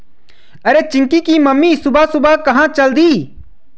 अरे चिंकी की मम्मी सुबह सुबह कहां चल दी?